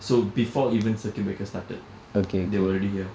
so before even circuit breaker started they were already here